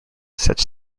such